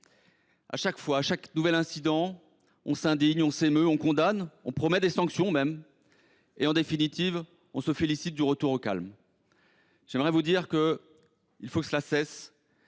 À chaque fois, à chaque nouvel incident, on s’indigne, on s’émeut, on condamne, on promet même des sanctions. Et, en définitive, on se félicite du retour au calme. Je vous le dis : il faut que cela cesse.